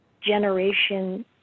generation